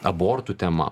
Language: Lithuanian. abortų tema